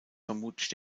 vermutlich